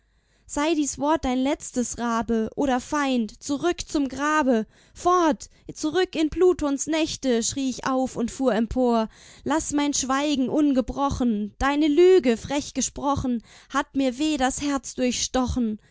sei dies wort dein letztes rabe oder feind zurück zum grabe fort zurück in plutons nächte schrie ich auf und fuhr empor laß mein schweigen ungebrochen deine lüge frech gesprochen hat mir weh das herz